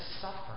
suffer